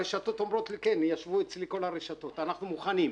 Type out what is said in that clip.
הרשתות אומרות לי כן ישבו אצלי כל הרשתות אנחנו מוכנים.